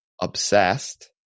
obsessed